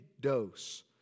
dose